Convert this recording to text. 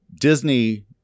Disney